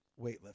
weightlifting